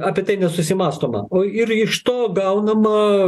apie tai nesusimąstoma o ir iš to gaunama